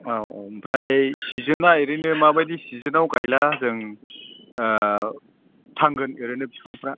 औ औ ओमफ्राय सिजोनआ ओरैनो माबायदि सिजोनाव गायब्ला जों थांगोन ओरैनो बिफांफ्रा